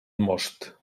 most